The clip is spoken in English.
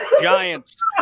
Giants